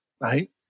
right